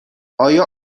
آیا